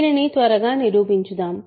దీన్ని త్వరగా నిరూపించుదాం